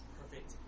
perfect